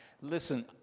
Listen